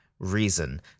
reason